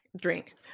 drink